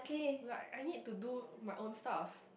like I need to do my own stuff